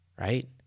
right